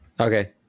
Okay